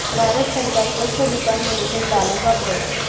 भारत सरकार स्वस्त दुकान म्हणीसन डालर वापरस